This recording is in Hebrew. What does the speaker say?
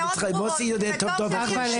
מוסי יודע טוב טוב איך להשיב.